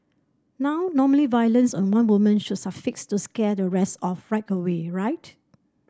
now normally violence on one woman should to scare the rest off right away right